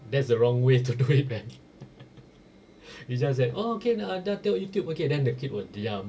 that's the wrong way to do it man it's just that oh okay dah dah tengok Youtube then the kid would diam